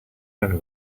very